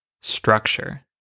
structure